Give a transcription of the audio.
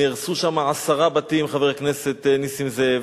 נהרסו שם עשרה בתים, חבר הכנסת נסים זאב.